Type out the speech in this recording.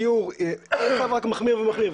המצב רק מחמיר ומחמיר,